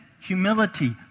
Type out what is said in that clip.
humility